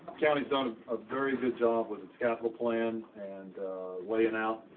counties done a very good job with its capital plan and laying out,